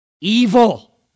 evil